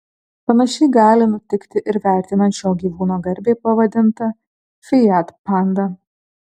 panašiai gali nutikti ir vertinant šio gyvūno garbei pavadintą fiat pandą